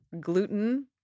gluten